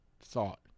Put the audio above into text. thought